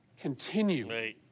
Continue